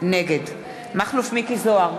נגד מכלוף מיקי זוהר,